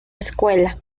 escuela